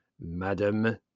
Madam